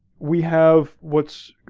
we have what's,